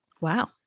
Wow